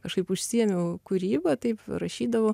kažkaip užsiėmiau kūryba taip rašydavau